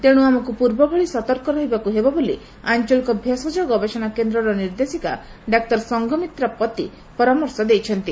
ତେଣୁ ଆମକୁ ପୂର୍ବ ଭଳି ସତର୍କ ରହିବାକୁ ହେବ ବୋଲି ଆଞଳିକ ଭେଷଜ ଗବେଷଣା କେନ୍ଦ୍ରର ନିର୍ଦ୍ଦେଶିକା ଡାକ୍ତର ସଂଘମିତ୍ରା ପତି ପରାମର୍ଶ ଦେଇଛନ୍ତି